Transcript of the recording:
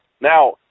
Now